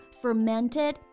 fermented